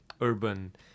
urban